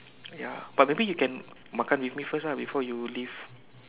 ya but maybe you can makan with me first ah before you leave